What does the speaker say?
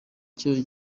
cyo